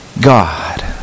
God